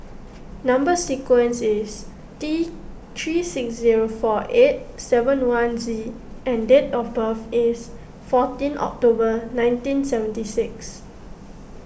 Number Sequence is T three six zero four eight seven one Z and date of birth is fourteen October nineteen seventy six